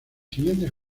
siguientes